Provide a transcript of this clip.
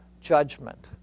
judgment